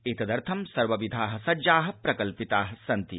एतदर्थ सर्वविधा सज्जा प्रकल्पिता सन्ति